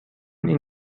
این